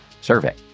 survey